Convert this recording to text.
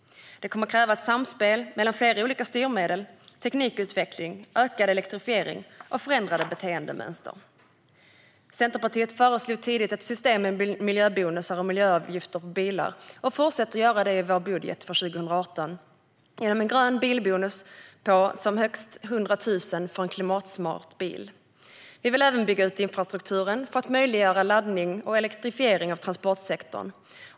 Det kommer att kräva ett samspel mellan flera olika styrmedel, teknikutveckling, ökad elektrifiering och förändrade beteendemönster. Centerpartiet föreslog tidigt ett system med miljöbonusar och miljöavgifter på bilar. Vi fortsätter att göra det i vår budget för 2018 genom en grön bilbonus på som mest 100 000 för en klimatsmart bil. Vi vill bygga ut infrastrukturen för att möjliggöra laddning och elektrifiering av transportsektorn.